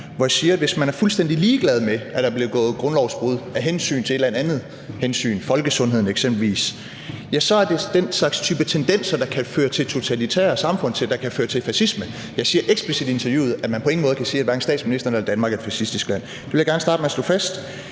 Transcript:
hvor jeg siger, at hvis man er fuldstændig ligeglad med, at der bliver begået grundlovsbrud, af hensyn til et eller andet hensyn, eksempelvis folkesundheden, så er det den type tendenser, der kan føre til totalitære samfund; der kan føre til fascisme. Jeg siger eksplicit i interviewet, at man på ingen måde kan sige, at statsministeren er fascist, eller at Danmark er et fascistisk land. Det vil jeg gerne starte med at slå fast.